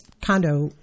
condo